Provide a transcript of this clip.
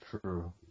True